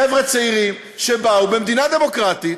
חבר'ה צעירים שבאו, במדינה דמוקרטית,